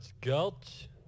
Gulch